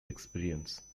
experience